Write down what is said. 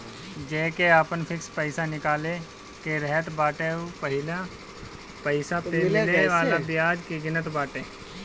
जेके आपन फिक्स पईसा निकाले के रहत बाटे उ पहिले पईसा पअ मिले वाला बियाज के गिनत बाटे